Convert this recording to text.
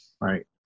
right